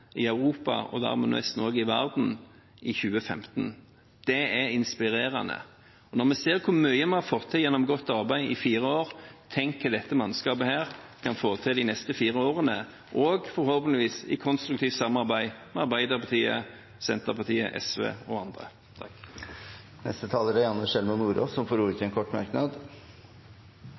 i Europa, også i verden, i 2015. Det er inspirerende. Når vi ser hvor mye vi har fått til gjennom godt arbeid i fire år, tenk hva dette mannskapet kan få til de neste fire årene – forhåpentligvis i konstruktivt samarbeid med Arbeiderpartiet, Senterpartiet, SV og andre. Representanten Janne Sjelmo Nordås har hatt ordet to ganger tidligere og får ordet til en kort merknad,